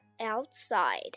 outside